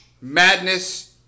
Madness